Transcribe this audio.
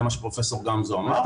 זה מה שפרופ' גמזו אמר,